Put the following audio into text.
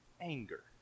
anger